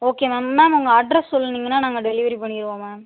okay ma'am ma'am உங்கள் address சொன்னீங்கன்னா நாங்கள் டெலிவரி பண்ணிருவோம் மேம்